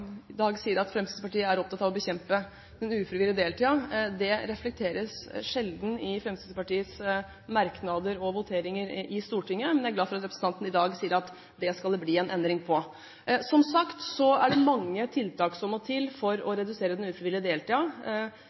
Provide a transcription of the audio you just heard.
i dag sier at Fremskrittspartiet er opptatt av å bekjempe den ufrivillige deltiden. Det reflekteres sjelden i Fremskrittspartiets merknader og voteringer i Stortinget, men jeg er glad for at representanten i dag sier at det skal det bli en endring på. Som sagt er det mange tiltak som må til for å redusere den ufrivillige